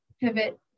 Pivot